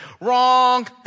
Wrong